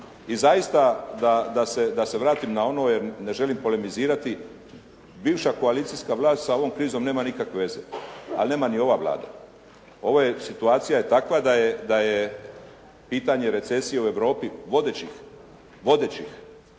I zaista da se vratim na ono, jer ne želim polemizirati. Bivša koalicijska vlast sa ovom krizom nema nikakve veze, ali neman i ova Vlada. Situacija je takva da je pitanje recesije u Europi vodećih zemalja